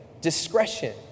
discretion